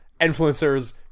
influencers